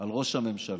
על ראש הממשלה,